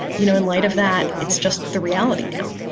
you know, in light of that, it's just the reality now